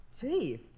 Chief